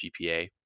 GPA